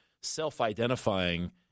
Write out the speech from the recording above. Self-identifying